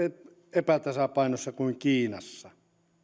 epätasapainossa kuin kiinassa